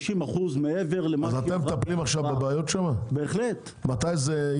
50% מעבר- -- אז אתם מטפלים עכשיו בבעיות שם?